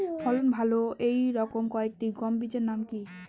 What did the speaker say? ফলন ভালো এই রকম কয়েকটি গম বীজের নাম কি?